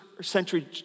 century